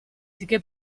che